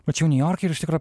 mačiau niujorke ir iš tikro